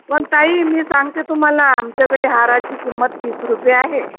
पण ताई मी सांगते तुम्हाला आमच्याकडे हाराची किंमत वीस रुपये आहे